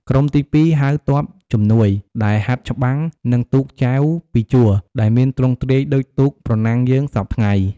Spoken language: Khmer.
ក្រុមទី២ ហៅ ទ័ពជំនួយ ដែលហាត់ច្បាំង និងទូកចែវពីរជួរដែលមានទ្រង់ទ្រាយដូចទូក ប្រណាំងយើងសព្វថ្ងៃ។